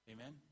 Amen